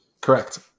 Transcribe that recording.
Correct